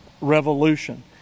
Revolution